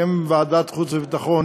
בשם ועדת החוץ והביטחון,